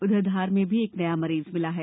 उधर धार में भी एक नया मरीज मिला है